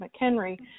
McHenry